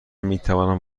میتوانم